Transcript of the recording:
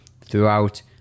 throughout